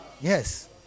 Yes